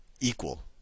equal